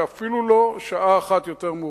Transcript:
ואפילו לא שעה אחת יותר מאוחר.